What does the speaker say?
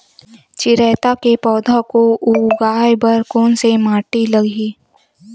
चिरैता के पौधा को उगाए बर कोन से माटी लगही?